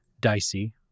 dicey